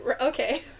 Okay